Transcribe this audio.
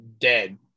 dead